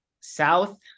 south